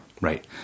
Right